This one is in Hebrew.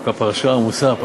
דווקא פרשה עמוסה הפעם.